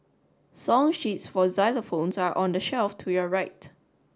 song sheets for xylophones are on the shelf to your right